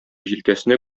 җилкәсенә